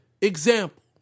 example